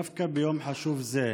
דווקא ביום חשוב זה,